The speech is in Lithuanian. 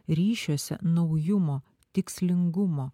ryšiuose naujumo tikslingumo